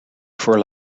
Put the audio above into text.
for